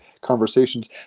conversations